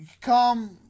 come